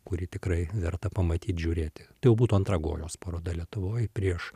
kurį tikrai verta pamatyt žiūrėti tai jau būtų antra gojos paroda lietuvoj prieš